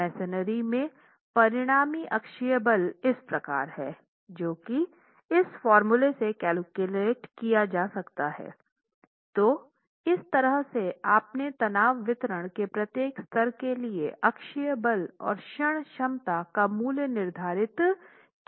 masonry में परिणामी अक्षीय बल इस प्रकार है तो इस तरह से आपने तनाव वितरण के प्रत्येक स्तर के लिए अक्षीय बल और क्षण क्षमता का मूल्य निर्धारित किया है